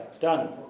done